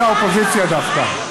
אנשי האופוזיציה דווקא,